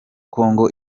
congo